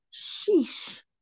Sheesh